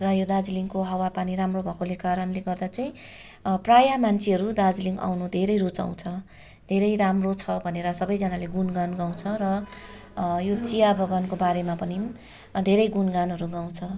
र यो दार्जिलिङको हावापानी राम्रो भएकाले कारणले गर्दा चाहिँ प्रायः मान्छेहरू दार्जिलिङ आउन धेरै रुचाउँछ धेरै राम्रो छ भनेर सबैजनाले गुणगान गाउँछ र यो चिया बगानको बारेमा पनि धेरै गुणगानहरू गाउँछ